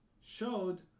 showed